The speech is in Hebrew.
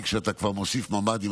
כי כשאתה כבר מוסיף ממ"דים,